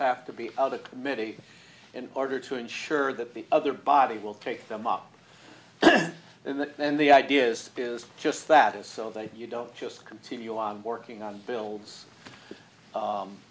have to be out of committee in order to ensure that the other body will take them up in the end the idea is is just that is so that you don't just continue on working on bills